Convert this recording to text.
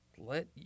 Let